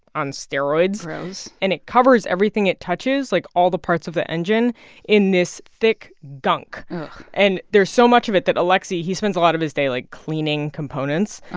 on steroids gross and it covers everything it touches like, all the parts of the engine in this thick gunk ugh and there's so much of it that aleksei, he spends a lot of his day, like, cleaning components.